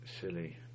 silly